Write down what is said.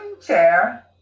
chair